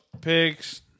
pigs